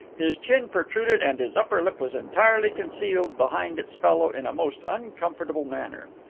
his chin protruded and his upper lip was entirely concealed behind its fellow in a most uncomfortable manner.